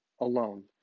alone